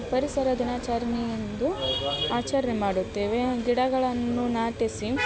ಪರಿಸರ ದಿನಾಚರಣೆಯಂದು ಆಚರಣೆ ಮಾಡುತ್ತೇವೆ ಗಿಡಗಳನ್ನು ನಾಟಿಸಿ